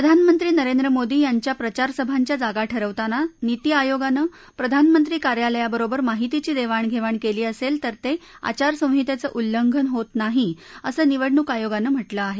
प्रधानमंत्री नरेंद्र मोदी यांच्या प्रचारसभांच्या जागा ठरवताना नीती आयोगानं प्रधानमंत्री कार्यालयाबरोबर माहितीची देवाणघेवाण केली असेल तर ते आचारसंहितेचं उल्लेघन होत नाही असं निवडणूक आयोगानं म्हटलं आहे